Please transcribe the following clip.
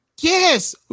yes